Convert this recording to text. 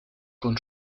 con